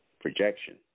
projection